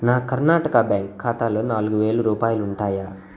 నా కర్ణాటక బ్యాంక్ ఖాతాలో నాలుగు వేలు రూపాయలు ఉంటాయా